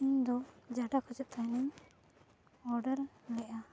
ᱤᱧᱫᱚ ᱡᱟᱦᱟᱸᱴᱟᱜ ᱠᱷᱚᱡᱮᱫ ᱛᱟᱦᱮᱱᱟᱹᱧ ᱞᱮᱫᱼᱟ